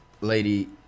Lady